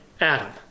Adam